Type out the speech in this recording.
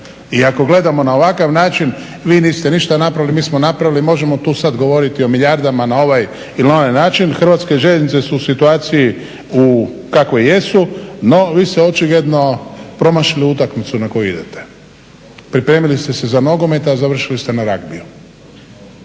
I ako gledamo na ovakav način vi niste ništa napravili, mi smo napravili, i možemo tu sad govoriti o milijardama na ovaj ili onaj način HŽ su u situaciji u kakvoj jesu. No vi ste očigledno promašili utakmicu na koju idete. Pripremili ste se za nogomet, a završili ste na ragbiju.